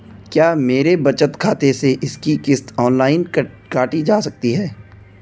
क्या मेरे बचत खाते से इसकी किश्त ऑनलाइन काटी जा सकती है?